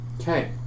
Okay